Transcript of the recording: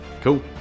Cool